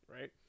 right